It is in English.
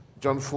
John